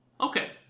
okay